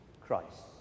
Christ